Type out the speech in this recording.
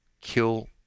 kill